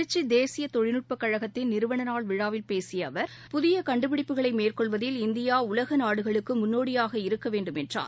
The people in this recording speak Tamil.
திருச்சிதேசியதொழில்நுட்பக்கழகத்தின் நிறுவனநாள் விழாவில் பேசியஅவர் புதியகண்டுபிடிப்புகளைமேற்கொள்வதில் இந்தியாஉலகநாடுகளுக்குமுன்னோடியாக இருக்கவேண்டும் என்றார்